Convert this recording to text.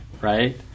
right